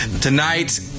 tonight